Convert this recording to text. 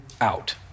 out